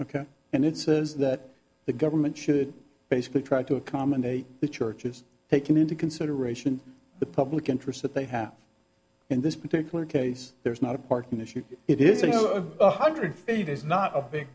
ok and it says that the government should basically try to accommodate the church is taken into consideration the public interest that they have in this particular case there is not a parking issue it is six hundred feet is not